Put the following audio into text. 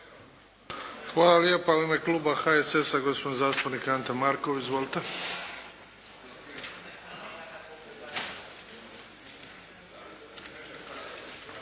Hvala lijepa. U ime kluba HSS-a gospodin zastupnik Ante Markov. Izvolite.